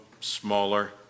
smaller